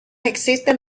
existen